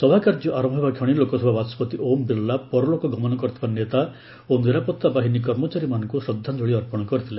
ସଭାକାର୍ଯ୍ୟ ଆରମ୍ଭ ହେବା କ୍ଷଣି ଲୋକସଭା ବାଚସ୍କତି ଓମ୍ ବିର୍ଲା ପରଲୋକ ଗମନ କରିଥିବା ନେତା ଓ ନିରାପତ୍ତା ବାହିନୀ କର୍ମଚାରୀମାନଙ୍କୁ ଶ୍ରଦ୍ଧାଞ୍ଚଳି ଅର୍ପଣ କରିଥିଲେ